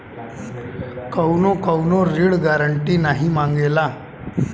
कउनो कउनो ऋण गारन्टी नाही मांगला